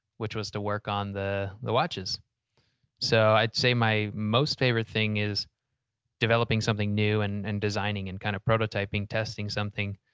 which was to work on the the watches. so, i'd say my most favorite thing is developing something new, and and designing, and kind of prototyping, testing something,